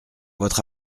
votre